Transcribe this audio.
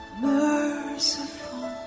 merciful